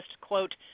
quote